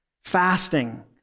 Fasting